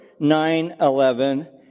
9-11